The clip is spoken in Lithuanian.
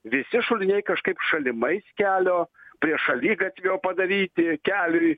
visi šuliniai kažkaip šalimais kelio prie šaligatvio padaryti keliui